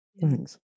Thanks